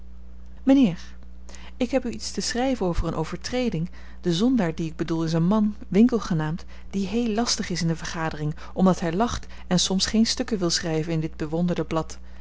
mijnheer ik heb u iets te schrijven over een overtreding de zondaar dien ik bedoel is een man winkle genaamd die heel lastig is in de vergadering omdat hij lacht en soms geen stukken wil schrijven in dit bewonderde blad